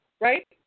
Right